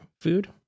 food